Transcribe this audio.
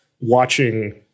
watching